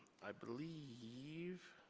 i believe,